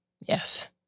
yes